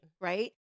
Right